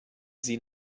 sie